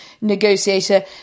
negotiator